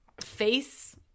face